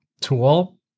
tool